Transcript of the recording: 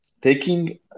taking